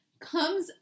comes